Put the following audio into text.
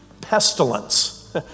pestilence